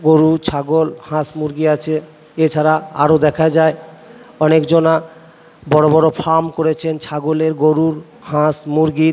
গরু ছাগল হাঁস মুরগি আছে এছাড়া আরও দেখা যায় অনেকজন বড় বড় ফার্ম করেছেন ছাগলের গরুর হাঁস মুরগির